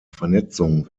vernetzung